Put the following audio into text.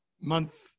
month